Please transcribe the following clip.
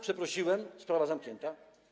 Przeprosiłem, sprawa zamknięta.